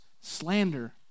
slander